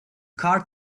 car